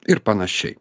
ir panašiai